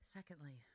Secondly